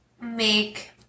make